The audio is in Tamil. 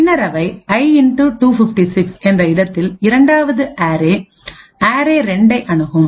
பின்னர் அவை I 256 என்ற இடத்தில் இரண்டாவது அரே அரே2ஐ அணுகும்